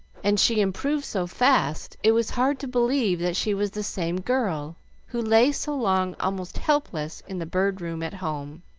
and she improved so fast it was hard to believe that she was the same girl who lay so long almost helpless in the bird room at home.